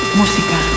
música